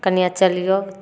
कनिआँ चलिऔ